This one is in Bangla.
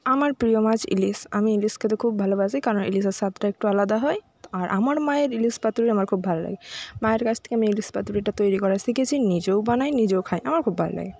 আমার প্রিয় মাছ ইলিশ আমি ইলিশ খেতে খুব ভালোবাসি কারণ ইলিশের স্বাদটা একটু আলাদা হয় আর আমার মায়ের ইলিশ পাতুরি আমার খুব ভাল লাগে মায়ের কাছ থেকে আমি ইলিশ পাতুরিটা তৈরি করা শিখেছি নিজেও বানাই নিজেও খাই আমার খুব ভাল লাগে